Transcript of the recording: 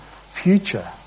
future